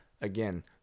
Again